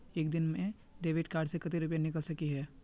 एक दिन में डेबिट कार्ड से कते रुपया निकल सके हिये?